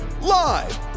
Live